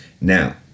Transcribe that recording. now